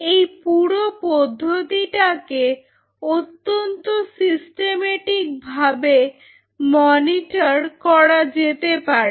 এই পুরো পদ্ধতিটাকে অত্যন্ত সিস্টেমেটিক ভাবে মনিটর করা যেতে পারে